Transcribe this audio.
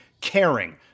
caring